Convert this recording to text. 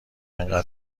انقدر